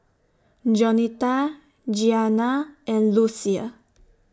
Jaunita Gianna and Lucia